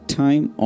time